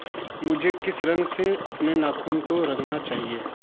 मुझे किस रंग से अपने नाखूनों को रंगना चाहिए